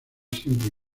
siempre